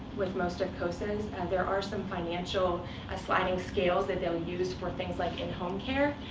with most of cosa's. and there are some financial ah sliding scales that they'll use for things like in-home care.